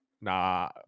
nah